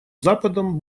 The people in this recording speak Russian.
западом